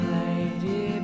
lady